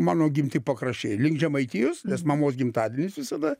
mano gimti pakraščiai link žemaitijos nes mamos gimtadienis visada